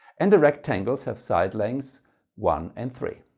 and the rectangles have side lengths one and three.